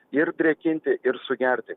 ir drėkinti ir sugerti